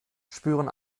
spüren